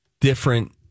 different